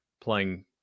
playing